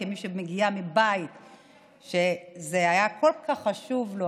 כמי שמגיעה מבית שזה היה כל כך חשוב בו,